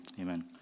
Amen